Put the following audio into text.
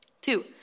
Two